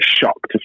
shocked